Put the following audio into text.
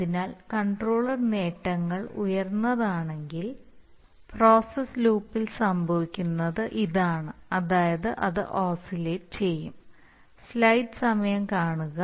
അതിനാൽ കൺട്രോളർ നേട്ടങ്ങൾ ഉയർന്നതാണെങ്കിൽ പ്രോസസ്സ് ലൂപ്പിൽ സംഭവിക്കുന്നത് ഇതാണ് അതായത് അത് ഓസിലേറ്റ് ചെയ്യും